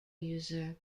user